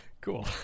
Cool